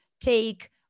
take